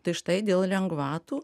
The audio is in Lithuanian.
tai štai dėl lengvatų